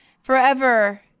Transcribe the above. forever